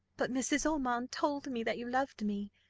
but mrs. ormond told me that you loved me,